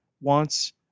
wants